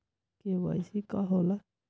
KYC का होला?